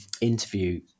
interview